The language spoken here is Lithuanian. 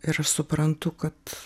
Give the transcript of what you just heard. ir aš suprantu kad